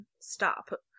Stop